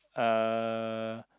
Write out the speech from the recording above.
uh